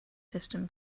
system